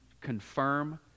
confirm